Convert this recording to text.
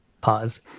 pause